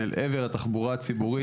בנושא התחבורה הציבורית